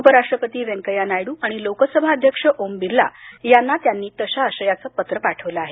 उपराष्ट्रपती वेंकय्या नायडू आणि लोकसभा अध्यक्ष ओम बिर्ला यांना तशा आशयाचं पत्र त्यांनी पाठवलं आहे